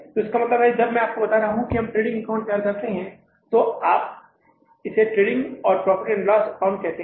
तो इसका मतलब है कि जब मैं आपको बता रहा था कि हम ट्रेडिंग अकाउंट तैयार कर रहे हैं तो आप इसे ट्रेडिंग और profit and loss account trading profit and loss account कहते हैं